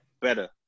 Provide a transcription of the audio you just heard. better